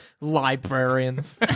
Librarians